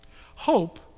Hope